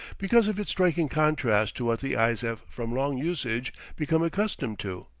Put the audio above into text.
because of its striking contrast to what the eyes have from long usage become accustomed to.